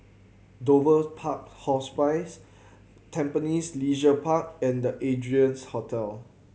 Dover's Park Hospice Tampines Leisure Park and The Ardennes Hotel